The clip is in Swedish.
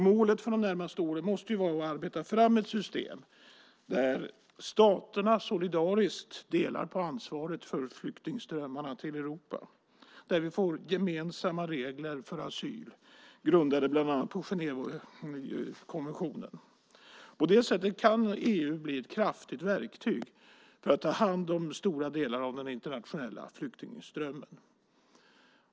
Målet för de närmaste åren måste vara att arbeta fram ett system där staterna solidariskt delar på ansvaret för flyktingströmmarna till Europa, där vi får gemensamma regler för asyl grundade bland annat på Genèvekonventionen. På det sättet kan EU bli ett kraftfullt verktyg för att ta hand om stora delar av den internationella flyktingströmmen.